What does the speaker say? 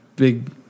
Big